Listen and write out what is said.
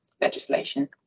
legislation